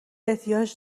احتیاج